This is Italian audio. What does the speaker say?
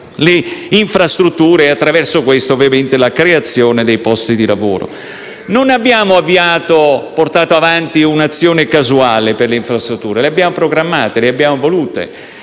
le infrastrutture e attraverso queste, ovviamente, la creazione dei posti di lavoro. Non abbiamo portato avanti un'azione casuale per le infrastrutture: le abbiamo programmate e le abbiamo volute.